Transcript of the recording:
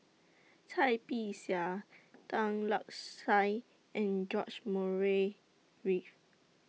Cai Bixia Tan Lark Sye and George Murray Reith